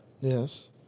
Yes